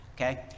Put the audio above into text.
Okay